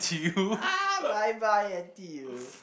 !ah! bye bye N_T_U